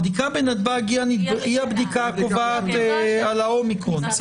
הבדיקה בנתב"ג היא הבדיקה הקובעת על האומיקרון.